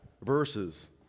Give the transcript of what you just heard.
verses